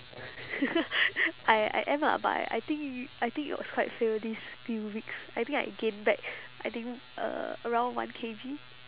I I am lah but I think I think it was quite fail these few weeks I think I gained back I think uh around one K_G